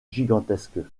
gigantesque